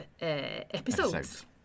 episodes